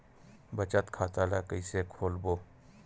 बचत खता ल कइसे खोलबों?